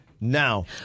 now